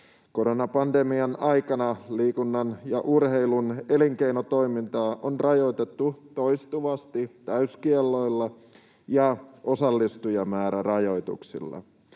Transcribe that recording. Koronapandemian aikana liikunnan ja urheilun elinkeinotoimintaa on rajoitettu toistuvasti täyskielloilla ja osallistujamäärärajoituksilla.